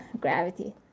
gravity